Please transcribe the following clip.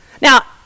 Now